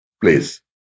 please